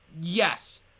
yes